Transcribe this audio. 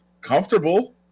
comfortable